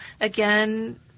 again